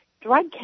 drug